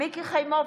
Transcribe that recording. מיקי חיימוביץ'